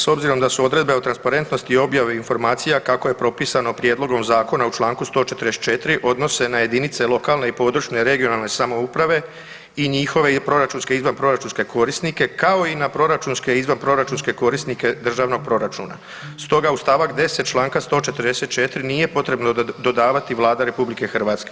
S obzirom da su odredbe o transparentnosti i objavi informacija kako je pripisano prijedlogom zakona u čl. 144. odnose na jedinice lokalne i područne (regionalne) samouprave i njihove proračunske i izvanproračunske korisnike kao i na proračunske i izvanproračunske korisnike državnog proračuna stoga uz st. 10. čl. 144. nije potrebno dodavati Vlada RH.